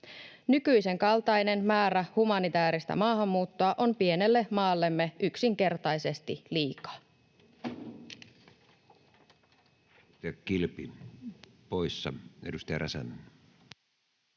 Nykyisenkaltainen määrä humanitääristä maahanmuuttoa on pienelle maallemme yksinkertaisesti liikaa.